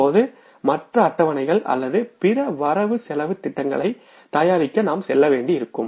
இப்போது மற்ற அட்டவணைகள் அல்லது பிற வரவு செலவுத் திட்டங்களைத் தயாரிக்க நாம் செல்ல வேண்டியிருக்கும்